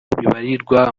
bibarirwa